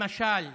למשל,